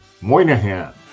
Moynihan